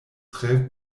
tre